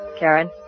Karen